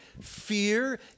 fear